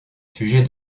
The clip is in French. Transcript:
sujets